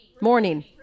Morning